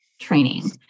training